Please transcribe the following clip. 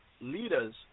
leaders